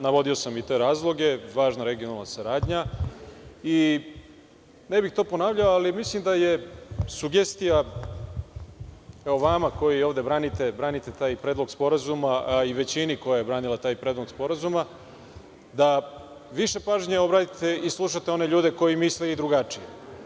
Navodio sam i te razloge, važna regionalna saradnja i ne bih to ponavljao, ali mislim da je sugestija vama, koji ovde branite taj Predlog sporazuma, i većini, koja je branila taj Predlog sporazuma, da više pažnje obratite i slušate one ljude koji misle i drugačije.